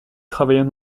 travaillant